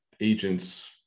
agents